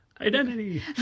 Identity